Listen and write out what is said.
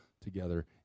together